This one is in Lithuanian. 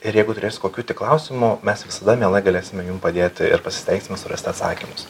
ir jeigu turės kokių tik klausimų mes visada mielai galėsime jum padėti ir pasistengsime surasti atsakymus